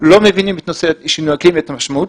לא מבינים את נושא שינוי האקלים ואת המשמעות